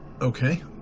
Okay